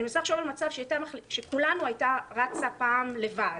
אני מנסה לחשוב על מצב שכולנו הייתה רצה פעם לבד